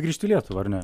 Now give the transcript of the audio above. grįžt į lietuvą ar ne